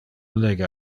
lege